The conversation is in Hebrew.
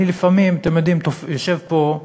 אני לפעמים יושב פה,